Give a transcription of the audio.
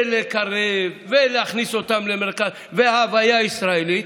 ולקרב ולהכניס אותם למרכז ההוויה ישראלית,